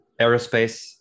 aerospace